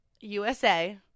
USA